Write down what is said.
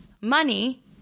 money